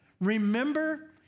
remember